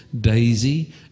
Daisy